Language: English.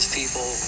people